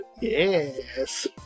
yes